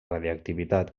radioactivitat